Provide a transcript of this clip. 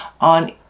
on